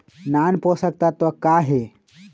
नान पोषकतत्व का हे?